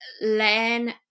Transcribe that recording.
learn